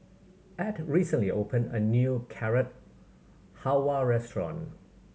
Ed recently opened a new Carrot Halwa restaurant